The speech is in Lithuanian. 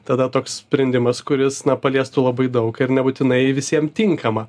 tada toks sprendimas kuris paliestų labai daug ir nebūtinai visiem tinkama